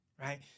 right